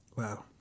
Wow